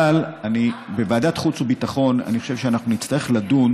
אבל בוועדת החוץ והביטחון אני חושב שנצטרך לדון,